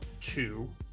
two